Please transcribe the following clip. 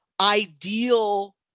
Ideal